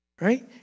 Right